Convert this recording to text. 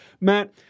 Matt